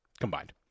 combined